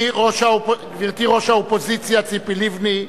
גברתי ראש האופוזיציה ציפי לבני,